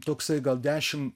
toksai gal dešimt